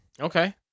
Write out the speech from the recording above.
Okay